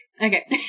okay